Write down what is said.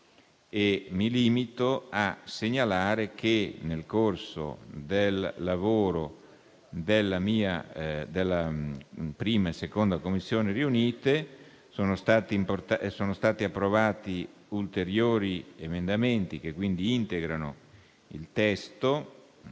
Mi limito a segnalare che, nel corso del lavoro delle 1ª e 2ª Commissioni riunite, sono stati approvati ulteriori emendamenti, che quindi integrano il testo